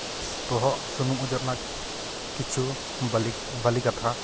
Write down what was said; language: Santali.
ᱵᱚᱦᱚᱜ ᱥᱩᱱᱩᱢ ᱚᱡᱚᱜ ᱨᱮᱱᱟᱜ ᱠᱤᱪᱷᱩ ᱵᱟᱞᱤ ᱵᱷᱟᱞᱮ ᱠᱟᱛᱷᱟ